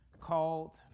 called